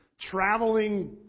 traveling